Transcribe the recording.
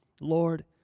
Lord